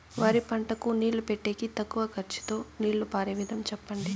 వరి పంటకు నీళ్లు పెట్టేకి తక్కువ ఖర్చుతో నీళ్లు పారే విధం చెప్పండి?